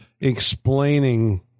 explaining